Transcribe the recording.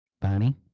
Bonnie